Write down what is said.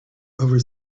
over